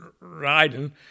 riding